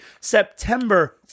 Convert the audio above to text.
September